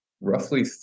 roughly